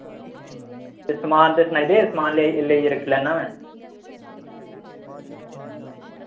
ते समान ते सनाई दे समान लेई लेइयै रक्खी लैन्ना में